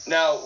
Now